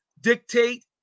dictate